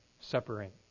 separate